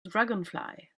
dragonfly